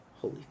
Holy